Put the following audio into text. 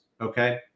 okay